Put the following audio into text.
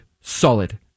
solid